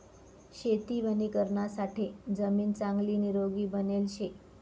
शेती वणीकरणासाठे जमीन चांगली निरोगी बनेल शे